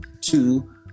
two